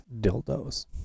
dildos